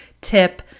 tip